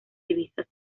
divisas